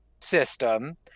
system